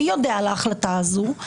מי יודע על ההחלטה הזאת?